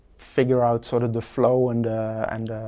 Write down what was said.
figure out sort of the flow and and